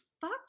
fuck